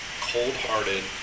cold-hearted